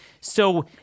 So-